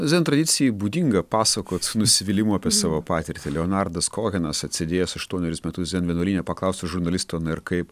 zen tradicijai būdinga pasakot su nusivylimu apie savo patirtį leonardas kohenas atsėdėjęs aštuonerius metus zen vienuolyne paklaustas žurnalisto na ir kaip